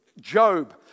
Job